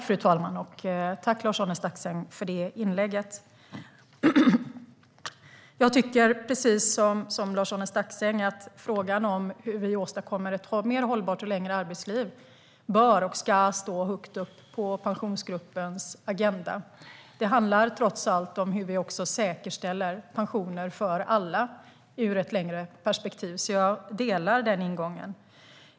Fru talman! Tack, Lars-Arne Staxäng, för inlägget! Jag tycker precis som Lars-Arne Staxäng att frågan hur vi åstadkommer ett mer hållbart och längre arbetsliv bör och ska stå högt på Pensionsgruppens agenda. Det handlar trots allt om hur vi säkerställer pensionerna för alla i ett längre perspektiv. Jag delar den ingången.